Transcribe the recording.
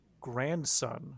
grandson